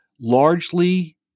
Largely